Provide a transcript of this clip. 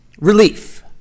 relief